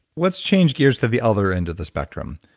let's change gears to the other end of the spectrum.